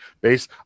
base